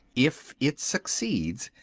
if it succeeds,